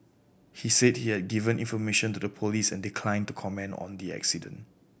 he said he had given information to the police and declined to comment on the accident